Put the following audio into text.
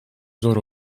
zor